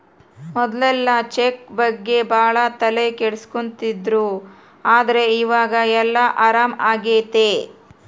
ಮೊದ್ಲೆಲ್ಲ ಚೆಕ್ ಬಗ್ಗೆ ಭಾಳ ತಲೆ ಕೆಡ್ಸ್ಕೊತಿದ್ರು ಆದ್ರೆ ಈವಾಗ ಎಲ್ಲ ಆರಾಮ್ ಆಗ್ತದೆ